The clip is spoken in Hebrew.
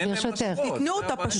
פשוט תנו אותה.